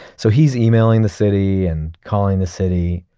so he's emailing the city and calling the city,